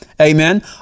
Amen